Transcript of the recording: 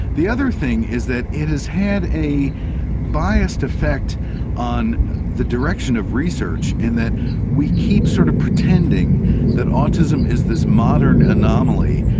the other thing is that it has had a biased effect on the direction of research in that we keep sort of pretending that autism is this modern anomaly,